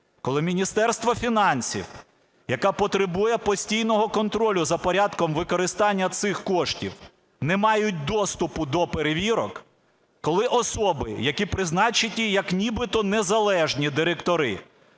коли Міністерство фінансів, яке потребує постійного контролю за порядком використання цих коштів, не мають доступу до перевірок, коли особи, які призначені як нібито незалежні директори,